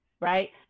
right